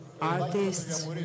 artists